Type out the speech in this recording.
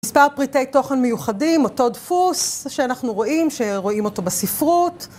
מספר פריטי תוכן מיוחדים, אותו דפוס שאנחנו רואים, שרואים אותו בספרות.